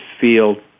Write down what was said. field